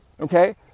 okay